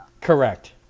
Correct